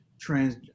trans